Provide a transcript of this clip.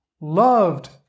loved